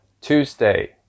Tuesday